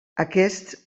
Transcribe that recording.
aquests